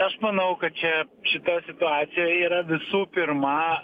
aš manau kad čia šita situacija yra visų pirma